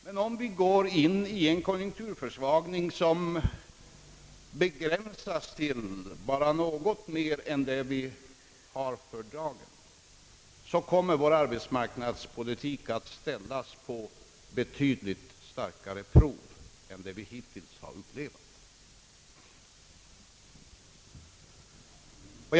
Men om vi går in i en konjunktur som bara är något svagare än den vi har i dag, kommer arbetsmarknadspolitiken att ställas på betydligt hårdare prov än vad vi hittills har upplevt.